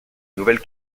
nouvelle